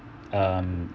um